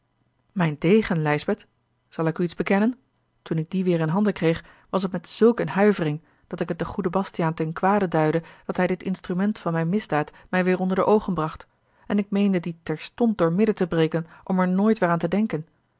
mijn degen lijsbeth zal ik u iets bekennen toen ik dien weêr in handen kreeg was het met zulk eene huiveringe dat ik het den goeden bastiaan ten kwade duidde dat hij dit instrument van mijne misdaad mij weêr onder de oogen bracht en ik meende dien terstond door midden te breken om er nooit weêr aan te denken